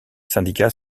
syndicats